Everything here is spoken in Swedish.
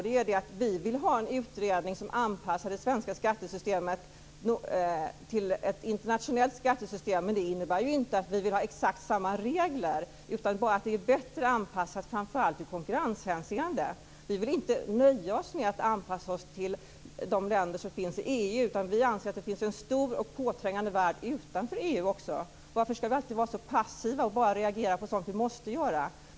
Det är detta att vi vill ha en utredning som anpassar det svenska skattesystemet till ett internationellt skattesystem. Det innebär inte att vi vill ha exakt samma regler, bara att det är bättre anpassat ur framför allt konkurrenshänseende. Vi vill inte nöja oss med att anpassa oss till de länder som finns i EU. Vi anser att det finns en stor och påträngande värld utanför EU också. Varför ska vi alltid vara så passiva och bara reagera på sådant som vi måste reagera på?